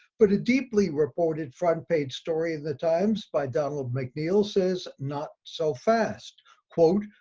but a deeply reported front page story of the times by donald mcneil says, not so fast quote.